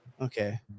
Okay